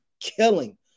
killing